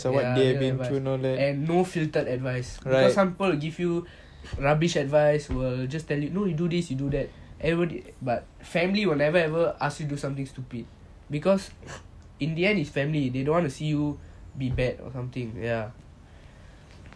and more filtered advice because some people will give you rubbish advice will just tell you you know you do this you do that everybody but family will never ever ask me do something stupid because in the end is family they don't want to see you be bad or something